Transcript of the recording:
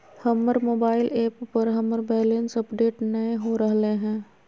हमर mobile app पर हमर बैलेंस अपडेट नय हो रहलय हें